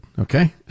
Okay